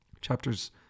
chapters